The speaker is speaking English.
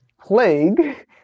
plague